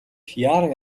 яаран